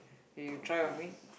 K you try on me